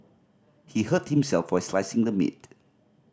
he hurt himself while slicing the meat